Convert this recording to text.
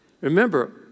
remember